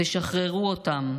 תשחררו אותם.